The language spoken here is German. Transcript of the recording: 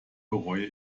bereue